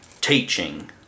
teaching